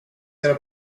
era